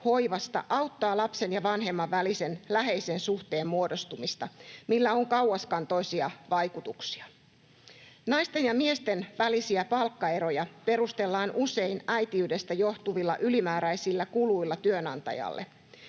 hoivasta, auttaa lapsen ja vanhemman välisen läheisen suhteen muodostumista, millä on kauaskantoisia vaikutuksia. Naisten ja miesten välisiä palkkaeroja perustellaan usein äitiydestä johtuvilla ylimääräisillä kuluilla työnantajalle.